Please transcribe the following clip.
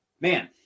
Man